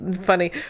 Funny